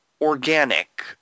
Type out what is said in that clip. organic